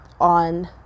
on